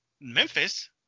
Memphis